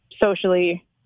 socially